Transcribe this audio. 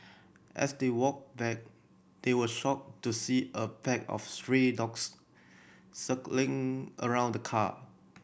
as they walked back they were shocked to see a pack of stray dogs circling around the car